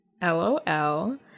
L-O-L